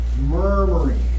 murmuring